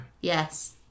yes